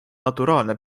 naturaalne